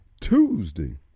Tuesday